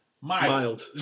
Mild